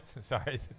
Sorry